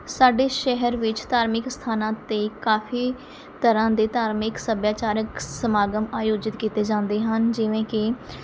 ਸਾਡੇ ਸ਼ਹਿਰ ਵਿੱਚ ਧਾਰਮਿਕ ਸਥਾਨਾਂ 'ਤੇ ਕਾਫ਼ੀ ਤਰ੍ਹਾਂ ਦੇ ਧਾਰਮਿਕ ਸੱਭਿਆਚਾਰਕ ਸਮਾਗਮ ਆਯੋਜਿਤ ਕੀਤੇ ਜਾਂਦੇ ਹਨ ਜਿਵੇਂ ਕਿ